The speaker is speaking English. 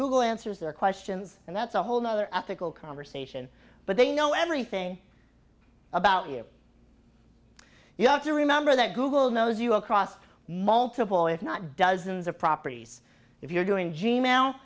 google answers their questions and that's a whole nother ethical conversation but they know everything about you you have to remember that google knows you across multiple if not dozens of properties if you're doing g